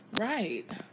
Right